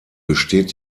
besteht